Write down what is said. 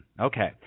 Okay